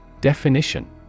Definition